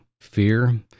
fear